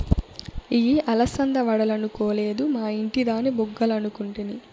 ఇయ్యి అలసంద వడలనుకొలేదు, మా ఇంటి దాని బుగ్గలనుకుంటిని